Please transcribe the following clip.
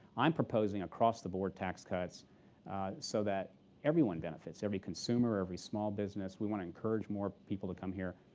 i'm proposing across-the-board tax cuts so that everyone benefits, every consumer, every small business. we want to encourage more people to come here.